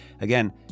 again